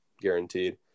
Guaranteed